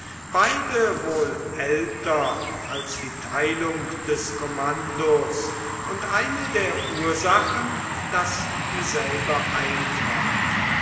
beide wohl älter als die teilung des kommandos und eine der ursachen daß dieselbe eintrat